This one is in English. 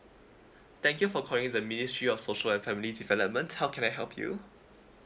thank you for calling the ministry of social and family development how can I help you